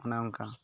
ᱚᱱᱮ ᱚᱱᱠᱟ